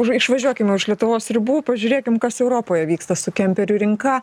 už išvažiuokime už lietuvos ribų pažiūrėkim kas europoje vyksta su kemperių rinka